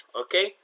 okay